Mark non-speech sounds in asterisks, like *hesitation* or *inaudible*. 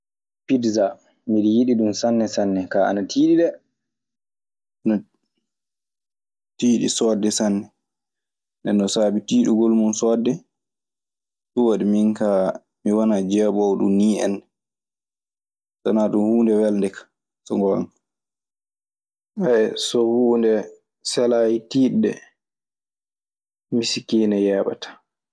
Pidja miɗe yiɗi ɗum sanne sanne ka ana tiiɗi de. Ne tiiɗi soodde sanne. Nden non saabi tiiɗugol muuɗun soodde, ɗun waɗi min kaa jeeboowo ɗun nii enna. *hesitation* So huunde selaayi tiiɗde, misikiina yeeɓataa.